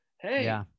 hey